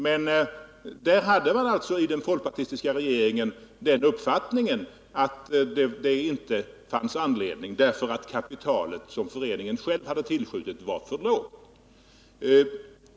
Men i den folkpartistiska regeringen hade man alltså den uppfattningen att det inte fanns anledning därför att det kapital som föreningen själv har tillskjutit var för lågt.